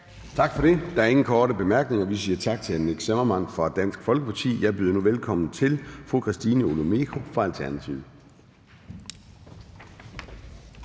Tak for det. Der er ingen korte bemærkninger. Vi siger tak til hr. Nick Zimmermann fra Dansk Folkeparti. Jeg byder nu velkommen til fru Christina Olumeko fra Alternativet.